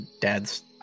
dad's